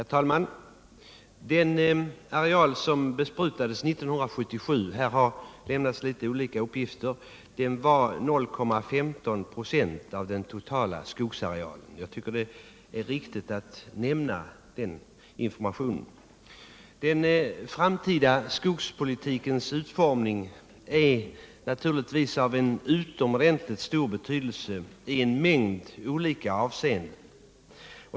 Herr talman! Den areal som besprutades 1977 var — det har här lämnats lite olika uppgifter — 0,15 96 av den totala skogsarealen. Jag tycker att det är viktigt att nämna den informationen. Den framtida skogspolitikens utformning är naturligtvis av utomordentligt stor betydelse i en mängd olika avseenden.